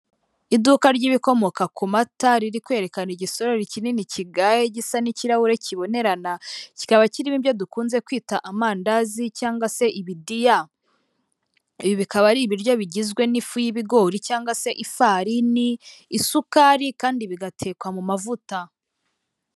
Iduka ry'ibikomoka ku mata riri kwerekana igisorori kinini kigaye gisa n'kirahure kibonerana, kikaba kirimo ibyo dukunze kwita amandazi cyangwa se ibidiya, ibi bikaba ari ibiryo bigizwe n'ifu y'ibigori cyangwa se ifarini, isukari kandi bigatekwa mu mavuta.